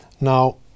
Now